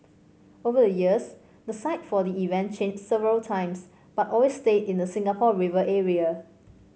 over the years the site for the event changed several times but always stayed in the Singapore River area